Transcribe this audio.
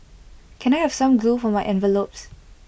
can I have some glue for my envelopes